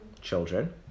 Children